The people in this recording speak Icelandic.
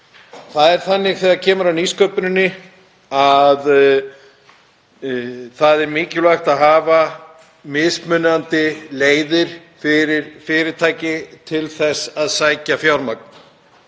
Það er þannig, þegar kemur að nýsköpun, að það er mikilvægt að hafa mismunandi leiðir fyrir fyrirtæki til þess að sækja fjármagn.